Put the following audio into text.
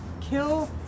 kill